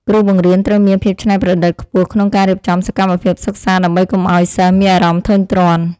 គ្រូបង្រៀនត្រូវមានភាពច្នៃប្រឌិតខ្ពស់ក្នុងការរៀបចំសកម្មភាពសិក្សា ដើម្បីកុំឱ្យសិស្សមានអារម្មណ៍ធុញទ្រាន់។